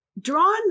drawn